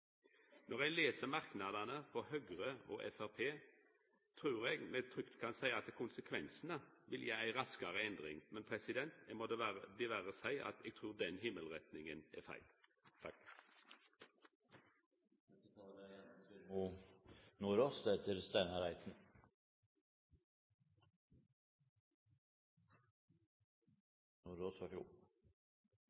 Når ein les merknadene frå Høgre og Framstegspartiet, trur eg me trygt kan seia at konsekvensane vil vera ei raskare endring, men eg må diverre seia at eg trur den himmelretninga er feil. For Senterpartiet er